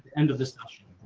end of this session.